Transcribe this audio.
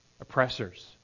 oppressors